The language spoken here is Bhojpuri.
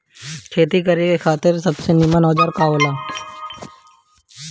खेती करे खातिर सबसे नीमन औजार का हो ला?